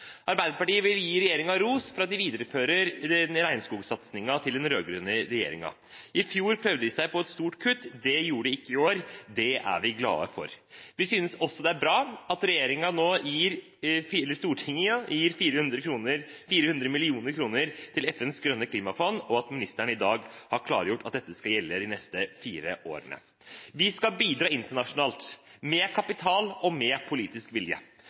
Arbeiderpartiet vil gi regjeringen ros for å videreføre regnskogsatsingen til den rød-grønne regjeringen. I fjor prøvde den seg på et stort kutt. Det gjorde den ikke i år. Det er vi glad for. Vi synes også det er bra at Stortinget gir 400 mill. kr til FNs grønne klimafond, og at ministeren i dag har klargjort at dette skal gjelde de neste fire årene. Vi skal bidra internasjonalt – med kapital og med politisk vilje.